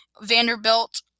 Vanderbilt